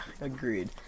agreed